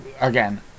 again